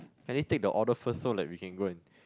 at least take the order first so like we can go and